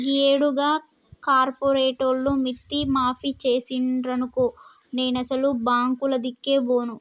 గీయేడు గా కార్పోరేటోళ్లు మిత్తి మాఫి జేసిండ్రనుకో నేనసలు బాంకులదిక్కే బోను